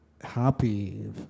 happy